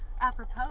apropos